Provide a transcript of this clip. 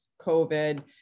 COVID